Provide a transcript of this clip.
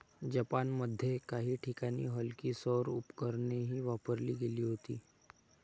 जपानमध्ये काही ठिकाणी हलकी सौर उपकरणेही वापरली गेली होती